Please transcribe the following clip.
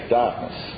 darkness